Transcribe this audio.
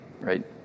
right